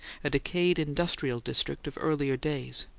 a decayed industrial district of earlier days.